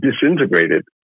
disintegrated